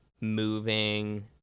moving